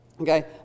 Okay